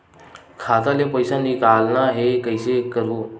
खाता ले पईसा निकालना हे, कइसे करहूं?